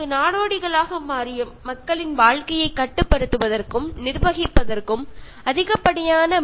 അവിടെ വെള്ളപ്പൊക്കമോ വെള്ളം കിട്ടാനില്ലാത്ത അവസ്ഥയോ ഒക്കെ തന്നെ ആളുകളുടെ ജീവിതത്തെ വളരെ പ്രതികൂലമായി ബാധിക്കുന്നു